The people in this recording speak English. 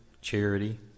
charity